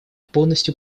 полностью